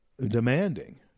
demanding